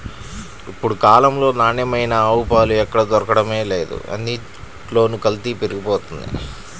ఇప్పుడు కాలంలో నాణ్యమైన ఆవు పాలు ఎక్కడ దొరకడమే లేదు, అన్నిట్లోనూ కల్తీ పెరిగిపోతంది